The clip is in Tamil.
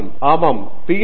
பாணிகுமார் ஆமாம் Ph